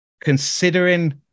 considering